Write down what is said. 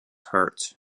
hurt